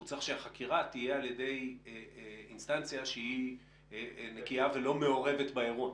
הוא צריך שהחקירה תהיה על ידי אינסטנציה שהיא נקייה ולא מעורבת באירוע.